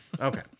Okay